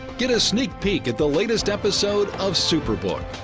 get a sneak peek at the latest episode of superbook.